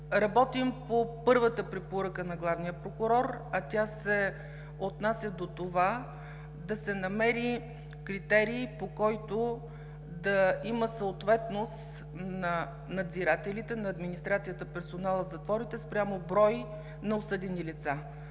Работим по първата препоръка на Главния прокурор, а тя се отнася до това да се намери критерий, по който да има съответност на надзирателите, на администрацията – персоналът в затворите, спрямо брой на осъдени лица.